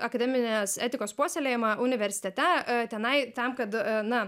akademinės etikos puoselėjimą universitete tenai tam kad na